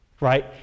Right